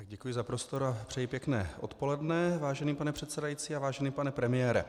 Děkuji za prostor a přeji pěkné odpoledne, vážený pane předsedající a vážený pane premiére.